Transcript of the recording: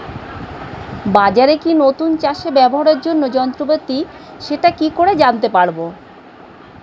বাজারে কি নতুন চাষে ব্যবহারের জন্য যন্ত্রপাতি সেটা কি করে জানতে পারব?